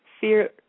fear